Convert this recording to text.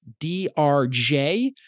DRJ